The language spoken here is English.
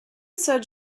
said